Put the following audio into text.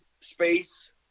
space